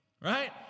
right